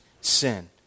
sin